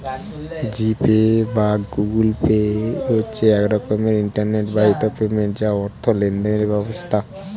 জি pay বা Google pay হচ্ছে এক রকমের ইন্টারনেট বাহিত পেমেন্ট বা অর্থ লেনদেনের ব্যবস্থা